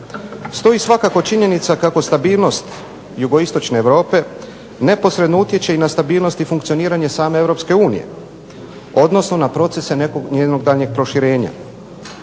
Stoji svakako činjenica kako stabilnost jugoistočne Europe neposredno utječe i na stabilnost i funkcioniranje same Europske unije, odnosno na procese nekog njenog daljnjeg proširenja.